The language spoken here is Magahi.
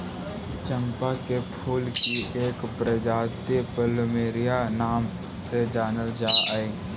चंपा के फूल की एक प्रजाति प्लूमेरिया नाम से जानल जा हई